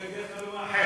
אני בדרך כלל לא מאחר.